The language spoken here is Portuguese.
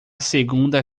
segunda